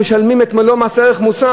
משלמים את מלוא המס ערך מוסף,